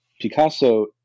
Picasso